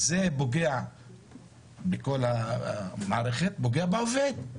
זה פוגע בכל המערכת ופוגע בעובד.